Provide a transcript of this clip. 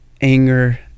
anger